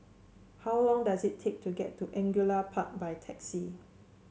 how long does it take to get to Angullia Park by taxi